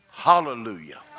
hallelujah